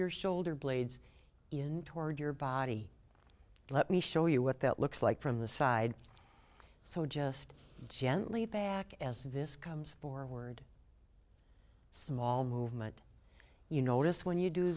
your shoulder blades in toward your body let me show you what that looks like from the side so just gently back as this comes forward small movement you notice when you do